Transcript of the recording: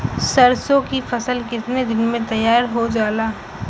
सरसों की फसल कितने दिन में तैयार हो जाला?